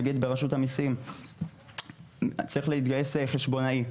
נגיד, ברשות המיסים צריך להתגייס חשבונאי.